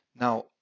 Now